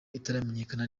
itaramenyekana